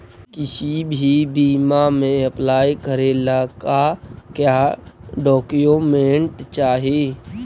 किसी भी बीमा में अप्लाई करे ला का क्या डॉक्यूमेंट चाही?